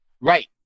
Right